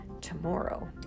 tomorrow